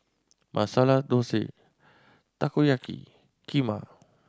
Masala Dosa Takoyaki Kheema